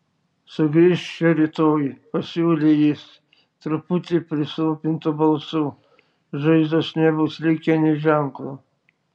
sugrįžk čia rytoj pasiūlė jis truputį prislopintu balsu žaizdos nebus likę nė ženklo